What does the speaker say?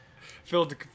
Filled